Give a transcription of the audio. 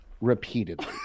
repeatedly